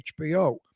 hbo